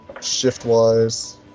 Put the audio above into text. shift-wise